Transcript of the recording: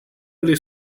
alle